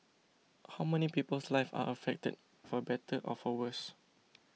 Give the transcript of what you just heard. how many people's lives are affected for better or for worse